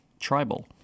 Tribal